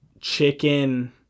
chicken